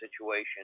situation